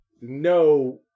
no